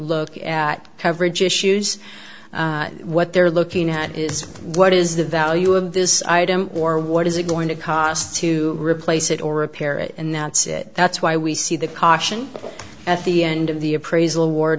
look at coverage issues what they're looking at is what is the value of this item or what is it going to cost to replace it or repair it and that's it that's why we see the caution at the end of the appraisal ward